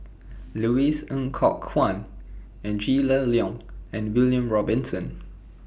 Louis Ng Kok Kwang Angela Liong and William Robinson